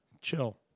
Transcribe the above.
Chill